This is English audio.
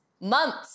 months